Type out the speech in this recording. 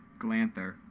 Glanther